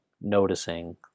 noticing